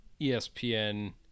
espn